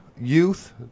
youth